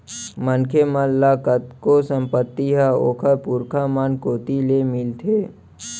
मनखे मन ल कतको संपत्ति ह ओखर पुरखा मन कोती ले मिलथे